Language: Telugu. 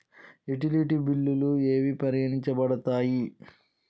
యుటిలిటీ బిల్లులు ఏవి పరిగణించబడతాయి?